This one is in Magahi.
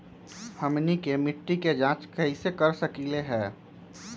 हमनी के मिट्टी के जाँच कैसे कर सकीले है?